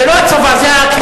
זה לא הצבא, זה הכנסת.